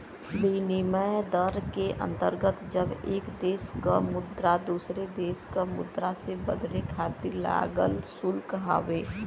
विनिमय दर के अंतर्गत जब एक देश क मुद्रा दूसरे देश क मुद्रा से बदले खातिर लागल शुल्क हउवे